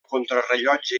contrarellotge